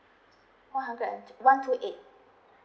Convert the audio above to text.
one hundred and one two eight